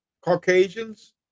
caucasians